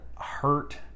hurt